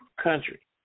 country